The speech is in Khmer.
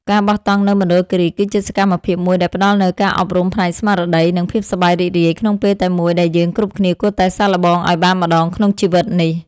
ការបោះតង់នៅមណ្ឌលគីរីគឺជាសកម្មភាពមួយដែលផ្តល់នូវការអប់រំផ្នែកស្មារតី និង ភាពសប្បាយរីករាយក្នុងពេលតែមួយដែលយើងគ្រប់គ្នាគួរតែសាកល្បងឱ្យបានម្ដងក្នុងជីវិតនេះ។